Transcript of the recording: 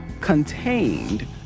contained